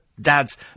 Dad's